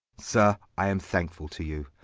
sir, i am thankfull to you,